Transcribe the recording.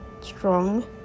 strong